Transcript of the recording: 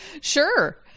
sure